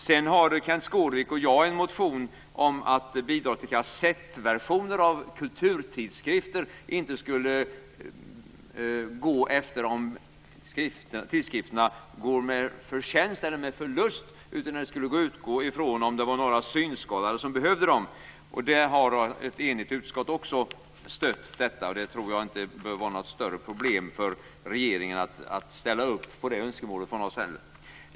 Sedan har Kenth Skårvik och jag väckt en motion om att bidrag till kassettversioner av kulturtidskrifter inte skall beräknas efter om tidskrifterna går med förtjänst eller förlust, utan det skall utgå ifrån om det är några synskadade som behöver kassettversioner. Också det har stötts av ett enigt utskott. Det önskemålet från vår sida tror jag inte heller att det behöver vara några större problem för regeringen att ställa upp på.